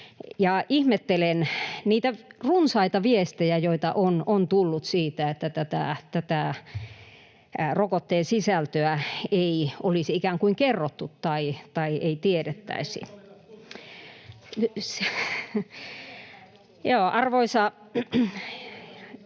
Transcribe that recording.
Ihmettelen niitä runsaita viestejä, joita on tullut siitä, että rokotteen sisältöä ei olisi ikään kuin kerrottu tai ei tiedettäisi. [Ano